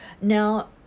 now